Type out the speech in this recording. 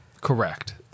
Correct